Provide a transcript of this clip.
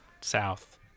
south